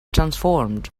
transformed